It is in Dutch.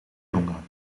jongeren